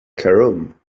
cairum